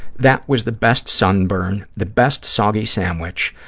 that was the best sunburn, the best soggy sandwich.